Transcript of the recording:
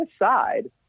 aside